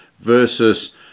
versus